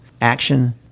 action